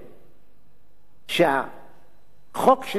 שהחוק של כבוד האדם וחירותו,